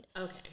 Okay